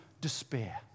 despair